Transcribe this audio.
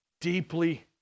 deeply